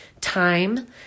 Time